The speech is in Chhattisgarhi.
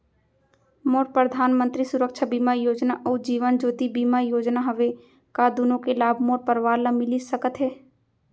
मोर परधानमंतरी सुरक्षा बीमा योजना अऊ जीवन ज्योति बीमा योजना हवे, का दूनो के लाभ मोर परवार ल मिलिस सकत हे?